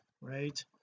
right